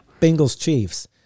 Bengals-Chiefs